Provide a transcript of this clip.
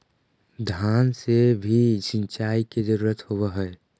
धान मे भी सिंचाई के जरूरत होब्हय?